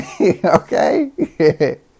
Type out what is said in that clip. okay